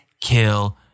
kill